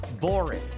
boring